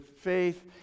faith